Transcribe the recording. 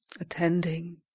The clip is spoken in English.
Attending